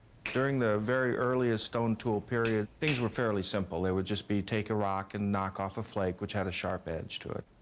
during the very earliest stone-tool period, things were fairly simple. they would just be, take a rock and knock off a flake which had a sharp edge to it.